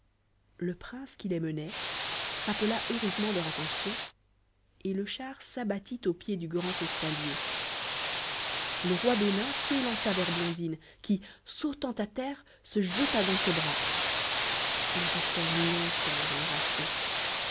le prince qui les menait rappela heureusement leur attention et le char s'abattit au pied du grand escalier le roi bénin s'élança vers blondine qui sautant à terre se jeta dans ses bras ils restèrent longtemps embrassés